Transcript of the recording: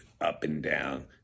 up-and-down